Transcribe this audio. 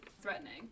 threatening